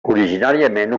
originàriament